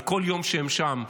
על כל יום שהם שם,